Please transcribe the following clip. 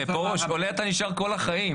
עולה אתה נשאר כל החיים,